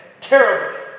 Terribly